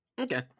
Okay